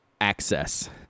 Access